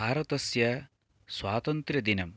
भारतस्य स्वातन्त्र्यदिनं